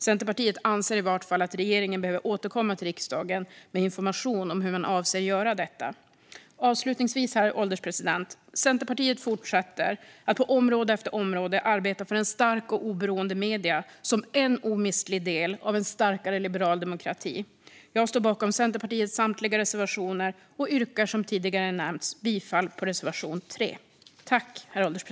Centerpartiet anser hur som helst att regeringen behöver återkomma till riksdagen med information om hur man avser att göra detta. Avslutningsvis, herr ålderspresident, fortsätter Centerpartiet att på område efter område arbeta för starka och oberoende medier som en omistlig del av en starkare liberal demokrati. Jag står bakom Centerpartiets samtliga reservationer och yrkar, som tidigare nämnts, bifall till reservation 3.